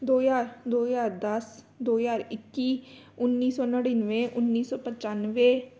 ਦੋ ਹਜ਼ਾਰ ਦੋ ਹਜ਼ਾਰ ਦਸ ਦੋ ਹਜ਼ਾਰ ਇੱਕੀ ਉੱਨੀ ਸੌ ਨੜਿੱਨਵੇ ਉੱਨੀ ਸੌ ਪਚੱਨਵੇ